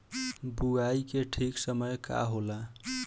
बुआई के ठीक समय का होला?